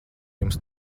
jums